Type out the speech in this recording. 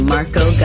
Marco